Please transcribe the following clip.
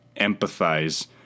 empathize